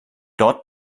dort